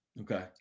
Okay